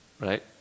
Right